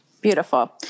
Beautiful